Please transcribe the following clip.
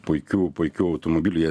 puikių puikių automobilių jie